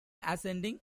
ascending